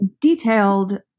detailed